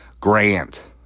Grant